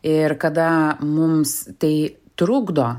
ir kada mums tai trukdo